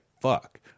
fuck